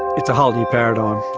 it's a whole new paradigm.